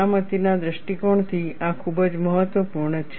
સલામતીના દૃષ્ટિકોણથી આ ખૂબ જ મહત્વપૂર્ણ છે